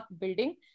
building